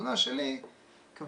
בחתונה שלי כבר